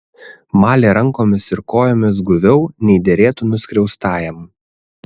malė rankomis ir kojomis guviau nei derėtų nuskriaustajam